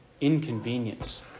inconvenience